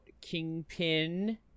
Kingpin